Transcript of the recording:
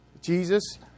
Jesus